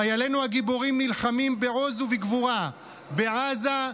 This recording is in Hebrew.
חיילינו הגיבורים נלחמים בעוז ובגבורה בעזה,